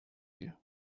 you